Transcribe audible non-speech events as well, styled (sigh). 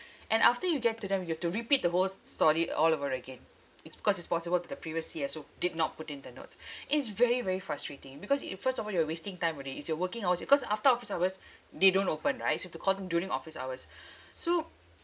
and after you get to them you've to repeat the whole s~ story all over again it's because it's possible that the previous C_S_O did not put in the notes it's very very frustrating because it first of all you're wasting time already it's your working hours it's cause after office hours they don't open right so you've to call them during office hours (breath) so